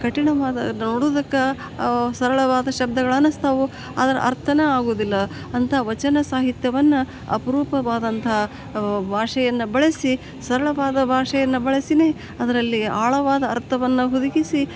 ಕಠಿಣವಾದ ನೋಡುದಕ್ಕೆ ಅವು ಸರಳವಾದ ಶಬ್ದಗಳು ಅನಿಸ್ತವೆ ಆದ್ರೆ ಅರ್ಥನೇ ಆಗುವುದಿಲ್ಲ ಅಂಥ ವಚನ ಸಾಹಿತ್ಯವನ್ನು ಅಪರೂಪವಾದಂಥ ಭಾಷೆಯನ್ನು ಬಳಸಿ ಸರಳವಾದ ಭಾಷೆಯನ್ನು ಬಳಸಿಯೇ ಅದರಲ್ಲಿ ಆಳವಾದ ಅರ್ಥವನ್ನು ಹುದುಗಿಸಿ